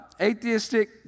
atheistic